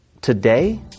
Today